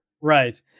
Right